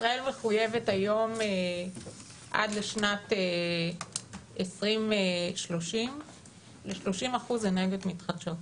ישראל מחויבת היום עד לשנת 2030 ל-30% אנרגיות מתחדשות.